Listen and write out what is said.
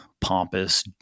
pompous